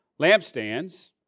lampstands